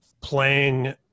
playing